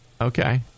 Okay